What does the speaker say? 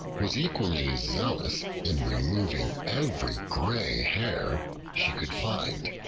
was equally zealous in removing every gray hair she could find.